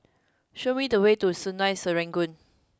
show me the way to Sungei Serangoon